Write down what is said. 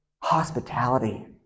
hospitality